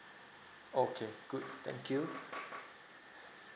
okay good thank you